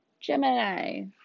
Gemini